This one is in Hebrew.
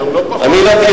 לא פחות מזה.